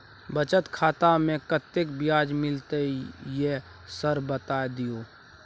बचत खाता में कत्ते ब्याज मिलले ये सर बता दियो?